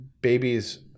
babies